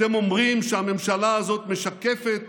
אתם אומרים שהממשלה הזאת משקפת